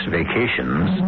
vacations